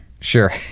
Sure